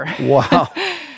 Wow